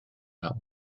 hawdd